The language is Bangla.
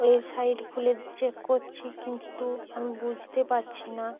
ওয়েবসাইট খুলে চেক করছি কিন্তু আমি বুঝতে পারছি না